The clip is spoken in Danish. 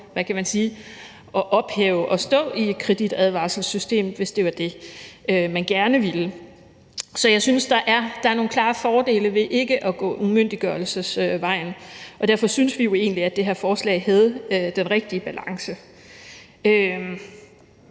at ophæve at stå i et kreditadvarselssystem, hvis det var det, man gerne ville. Så jeg synes, der er nogle klare fordele ved ikke at gå umyndiggørelsesvejen, og derfor synes vi jo egentlig, at det her forslag havde den rigtige balance.